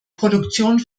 produktion